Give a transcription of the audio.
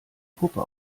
puppe